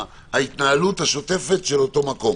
ההתנהלות השוטפת של אותו מקום.